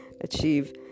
achieve